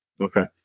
Okay